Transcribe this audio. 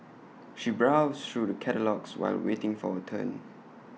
she browsed through the catalogues while waiting for her turn